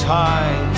high